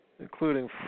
including